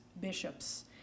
bishops